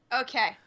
Okay